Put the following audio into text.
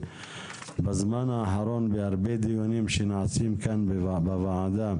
בזמן האחרון נושא הקרן עולה בהרבה דיונים שנעשים כאן בוועדה.